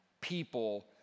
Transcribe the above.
people